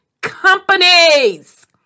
companies